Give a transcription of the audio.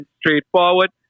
straightforward